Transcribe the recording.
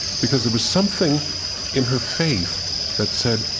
because there was something in her faith that said,